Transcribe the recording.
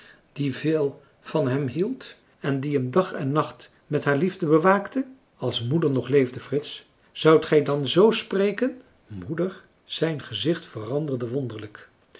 die veel van hem hield en die hem dag en nacht met haar liefde bewaakte als moeder nog leefde frits zoudt gij dan zoo spreken moeder zijn gezicht veranderde wonderlijk